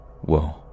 Whoa